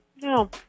No